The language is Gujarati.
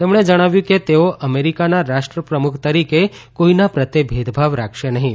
તેમણે જણાવ્યું કે તેઓ અમેરીકાના રાષ્ટ્રપ્રમુખ તરીકે કોઇના પ્રત્યે ભેદભાવ રાખશે નહીં